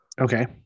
Okay